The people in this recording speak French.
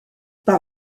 par